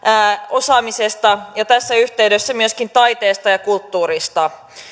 osaamisesta ja tässä yhteydessä myöskin taiteesta ja kulttuurista